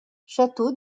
château